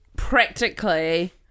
Practically